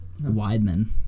Weidman